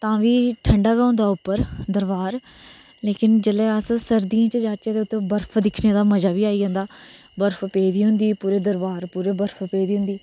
तां बी ठंडा गै होंदा उप्पर दरबार लोकिन जेल्लै अस सर्दियें च जाह्चै ते उत्थै बर्फ दिक्खने दा मजा बी आई जंदा बर्फ पेदी होंदी पूरे दरबार पेई दी होंदी